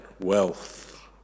wealth